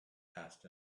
asked